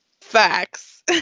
Facts